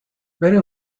برین